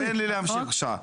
אז תן לי להמשיך, בבקשה.